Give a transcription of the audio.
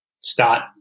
start